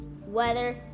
weather